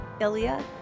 Ilya